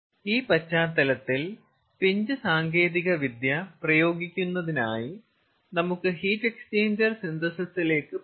ഈ പശ്ചാത്തലത്തിൽ പിഞ്ച് സാങ്കേതികവിദ്യ പ്രയോഗിക്കുന്നതിനായി നമുക്ക് ഹീറ്റ് എക്സ്ചേഞ്ചർ സിന്തസിസിലേക്ക് പോകാം